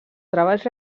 treballs